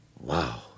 Wow